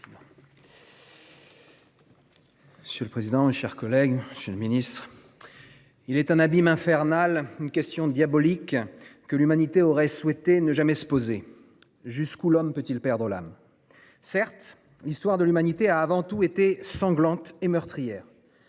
Sur le président chers collègues chez le ministre. Il est un abîme infernales. Une question diabolique que l'humanité aurait souhaité ne jamais se poser. Jusqu'où l'homme peut-il perdre. Certes, histoire de l'humanité a avant tout été sanglante et meurtrière.